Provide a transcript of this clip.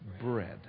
bread